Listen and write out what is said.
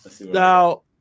Now